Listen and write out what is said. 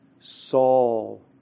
Saul